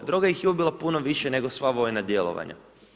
Droga ih je ubila puno više nego sva vojna djelovanja.